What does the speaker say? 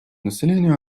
населению